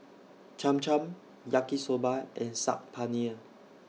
Cham Cham Yaki Soba and Saag Paneer